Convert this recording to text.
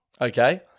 okay